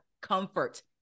comfort